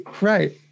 Right